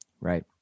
Right